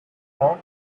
york